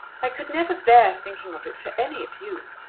i could never bear thinking of it for any of you.